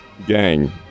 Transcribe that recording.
Gang